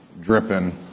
dripping